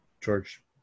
George